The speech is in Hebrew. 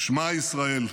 "שמע ישראל".